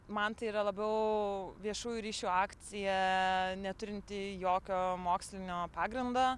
man tai yra labiau viešųjų ryšių akcija neturinti jokio mokslinio pagrindo